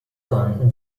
con